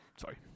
sorry